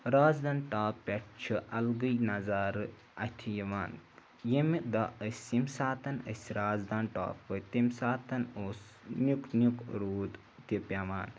Razdan top پٮ۪ٹھ چھِ الگٕے نظارٕ اَتھِ یِوان ییٚمہِ دۄہ أسۍ ییٚمہِ ساتَن أسۍ رازدان ٹاپ وٲتۍ تمہِ ساتَن اوس نیُک نیُک روٗد تہِ پٮ۪وان